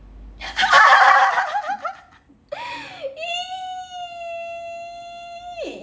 !ee!